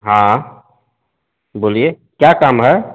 हाँ बोलिए क्या काम है